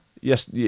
Yes